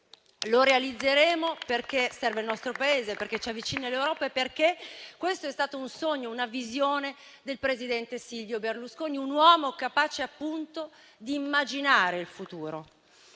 Lo realizzeremo, perché serve al nostro Paese, perché ci avvicina all'Europa e perché questo è stato un sogno, una visione del presidente Silvio Berlusconi: un uomo capace, appunto, di immaginare il futuro.